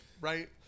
right